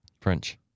French